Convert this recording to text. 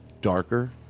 darker